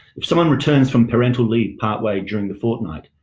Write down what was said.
if someone returns from parental leave partway during the fortnight,